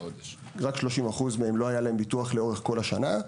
רק 30% מהם לא היה להם ביטוח לאורך כל השנה.